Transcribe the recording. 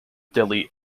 delhi